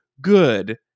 good